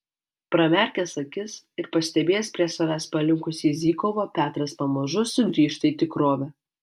pramerkęs akis ir pastebėjęs prie savęs palinkusį zykovą petras pamažu sugrįžta į tikrovę